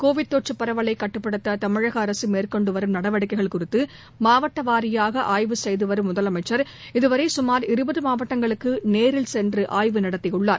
Covid தொற்றுப் பரவலை கட்டுப்படுத்த தமிழக அரசு மேற்கொண்டுவரும் நடவடிக்கைகள் குறித்து மாவட்ட வாரியாக ஆய்வு செய்துவரும் முதலமைச்சர் இதுவரை சுமார் இருபது மாவட்டங்களுக்கு நேரில் சென்று ஆய்வு நடத்தியுள்ளார்